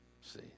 See